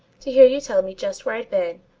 to hear you tell me just where i'd been,